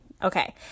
Okay